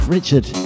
Richard